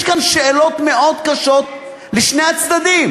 יש כאן שאלות מאוד קשות לשני הצדדים.